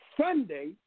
Sunday